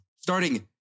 starting